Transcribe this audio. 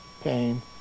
pain